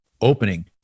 opening